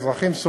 האזרחים,